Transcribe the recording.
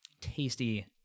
tasty